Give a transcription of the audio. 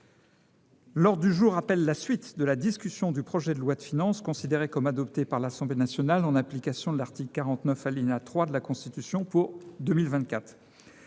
L’ordre du jour appelle la suite de la discussion du projet de loi de finances pour 2024, considéré comme adopté par l’Assemblée nationale en application de l’article 49, alinéa 3, de la Constitution (projet